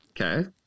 Okay